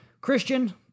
Christian